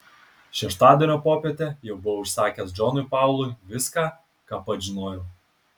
šeštadienio popietę jau buvau išsakęs džonui paului viską ką pats žinojau